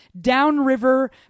downriver